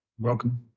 Welcome